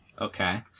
Okay